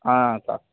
ஆ அக்கா